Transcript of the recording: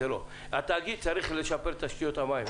התאגיד צריך לשפר את תשתיות המים,